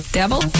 devil